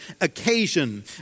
occasion